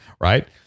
right